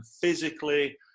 physically